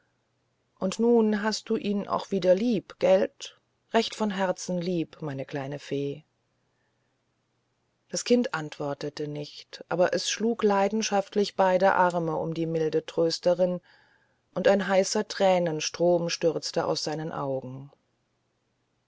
und nun hast du ihn auch wieder lieb gelt recht von herzen lieb meine kleine fee das kind antwortete nicht aber es schlug leidenschaftlich beide arme um die milde trösterin und ein heißer thränenstrom stürzte aus seinen augen